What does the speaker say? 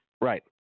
Right